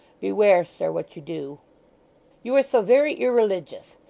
beware, sir, what you do you are so very irreligious,